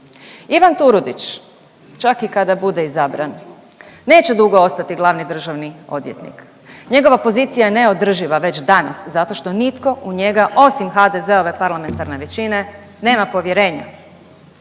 Ivan Turudić čak i kada bude izabran neće dugo ostati glavni državni odvjetnik, njegova pozicija je neodrživa već danas zato što nitko u njega osim HDZ-ove parlamentarne većine nema povjerenja.